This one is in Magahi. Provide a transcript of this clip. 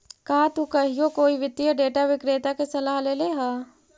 का तु कहियो कोई वित्तीय डेटा विक्रेता के सलाह लेले ह?